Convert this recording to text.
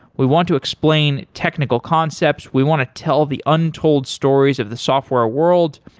we want to explain technical concepts. we want to tell the untold stories of the software world,